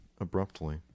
abruptly